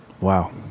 Wow